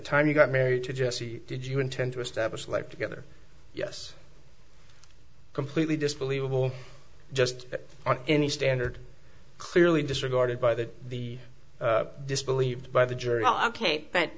time you got married to jesse did you intend to establish life together yes completely disbelieve just any standard clearly disregarded by that the disbelieved by the journal ok but